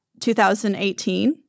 2018